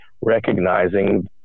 recognizing